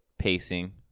pacing